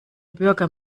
bürger